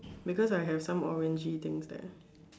because I have some orangy things there